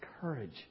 courage